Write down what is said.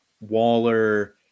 Waller